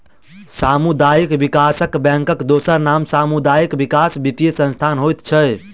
सामुदायिक विकास बैंकक दोसर नाम सामुदायिक विकास वित्तीय संस्थान होइत छै